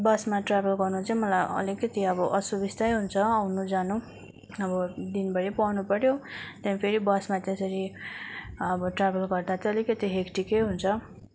बसमा ट्राभल गर्नु चाहिँ मलाई अलिकति अब असुबिस्तै हुन्छ आउनु जानु अब दिनभरि पढ्नु पऱ्यो त्यहाँबाट फेरि बसमा त्यसरी अब ट्राभल गर्दा चाहिँ अलिकति हेक्टिकै हुन्छ